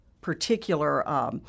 particular